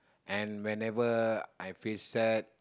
and whenever I feel sad